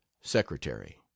secretary